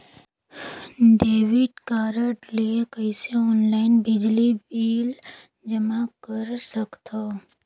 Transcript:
Debit card ले कइसे online बिजली बिल जमा कर सकथव?